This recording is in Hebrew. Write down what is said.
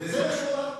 וזה מה שהוא אמר.